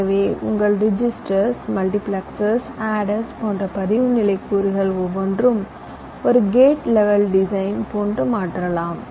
எனவே உங்கள் ரெஜிஸ்டர்ஸ் மல்டிபிளெக்சர்கள் அடர்ஸ் போன்ற பதிவு நிலை கூறுகள் ஒவ்வொன்றும் ஒரு கேட் லெவல் டிசைன் போன்று மாற்றலாம்